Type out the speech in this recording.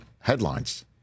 headlines